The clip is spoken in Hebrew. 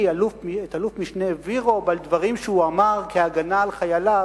את אלוף-משנה וירוב על דברים שהוא אמר כהגנה על חייליו,